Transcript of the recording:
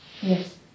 yes